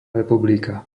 republika